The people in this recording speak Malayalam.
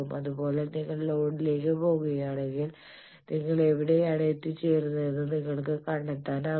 അതുപോലെ നിങ്ങൾ ലോഡിലേക്ക് പോകുകയാണെങ്കിൽ നിങ്ങൾ എവിടെയാണ് എത്തി ചേരുന്നതെന്ന് നിങ്ങൾക്ക് കണ്ടെത്താനാകും